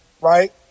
right